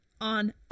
on